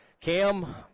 Cam